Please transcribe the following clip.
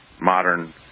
modern